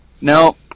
No